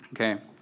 Okay